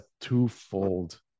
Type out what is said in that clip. twofold